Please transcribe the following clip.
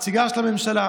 נציגה של הממשלה.